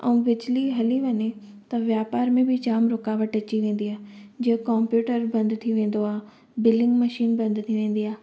ऐं बिजली हली वञे त वापार में बि जाम रुकावट अची वेंदी आहे जीअं कंप्यूटर बंदि थी वेंदो आहे बिलिंग मशीन बंदि थी वेंदी आहे